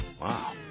Wow